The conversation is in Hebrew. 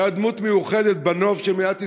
שהיה דמות מיוחדת בנוף של מדינת ישראל.